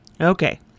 Okay